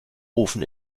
ofen